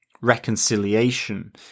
reconciliation